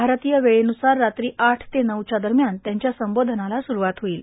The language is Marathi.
भारतीय वेळेव्रसार रात्री आठ ते नऊच्या दरम्यान त्यांच्या संबोधनाला सुरुवात होईल